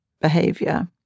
behavior